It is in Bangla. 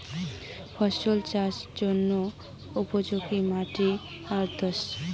ফসল চাষের জন্য উপযোগি মাটি কী দোআঁশ?